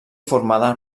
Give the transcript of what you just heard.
formada